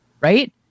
right